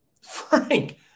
Frank